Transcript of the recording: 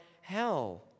hell